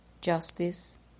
justice